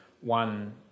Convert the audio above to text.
one